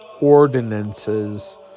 ordinances